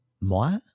moi